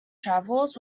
travels